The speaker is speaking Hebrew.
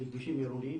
לכבישים עירוניים,